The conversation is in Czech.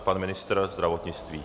Pan ministr zdravotnictví.